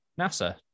NASA